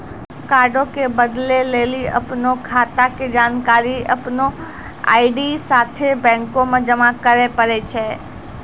कार्डो के बदलै लेली अपनो खाता के जानकारी अपनो आई.डी साथे बैंको मे जमा करै पड़ै छै